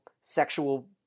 sexual